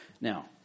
Now